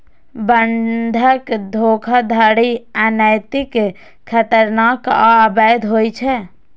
बंधक धोखाधड़ी अनैतिक, खतरनाक आ अवैध होइ छै